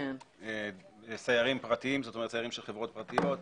סיירים של חברות פרטיות,